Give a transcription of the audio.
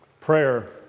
prayer